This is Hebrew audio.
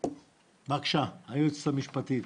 גברתי היועצת המשפטית,